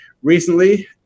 Recently